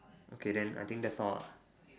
okay then I think that's all ah